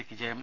സിക്ക് ജയം